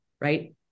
right